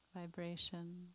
vibration